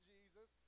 Jesus